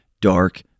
dark